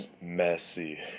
messy